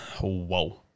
whoa